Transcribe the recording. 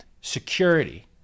security